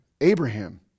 Abraham